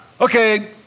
Okay